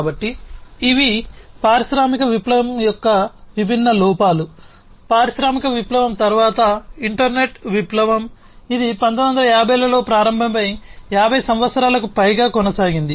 కాబట్టి ఇవి పారిశ్రామిక విప్లవం యొక్క విభిన్న లోపాలు పారిశ్రామిక విప్లవం తరువాత ఇంటర్నెట్ విప్లవం ఇది 1950 లలో ప్రారంభమై 50 సంవత్సరాలకు పైగా కొనసాగింది